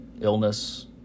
Illness